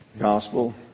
Gospel